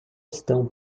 estão